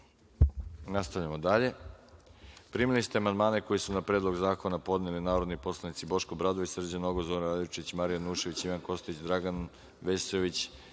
celini. Nastavljamo dalje. Primili ste amandmane koje su na Predlog zakona podneli narodni poslanici Boško Obradović, Srđan Nogo, Zoran Radojčić, Marija Janjušević, Ivan Kostić, Dragan Vesović,